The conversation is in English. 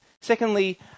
Secondly